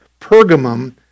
Pergamum